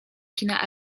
kina